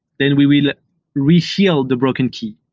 then we will re-heal the broken key,